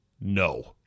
no